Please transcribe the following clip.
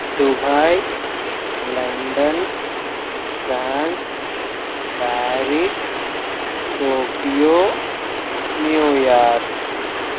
Dubai London France Paris Tokyo New York